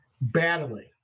battling